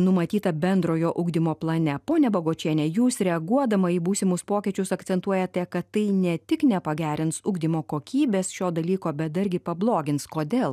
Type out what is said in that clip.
numatyta bendrojo ugdymo plane ponia bagočiene jūs reaguodama į būsimus pokyčius akcentuojate kad tai ne tik nepagerins ugdymo kokybės šio dalyko bet dargi pablogins kodėl